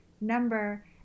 number